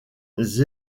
les